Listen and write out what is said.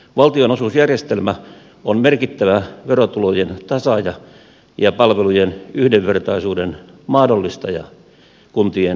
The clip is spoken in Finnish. valtionosuusjärjestelmä on merkittävä verotulojen tasaaja ja palvelujen yhdenvertaisuuden mahdollistaja kuntien kannalta